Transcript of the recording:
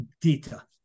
data